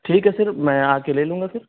ٹھیک ہے پھر میں آ کے لے لوں گا پھر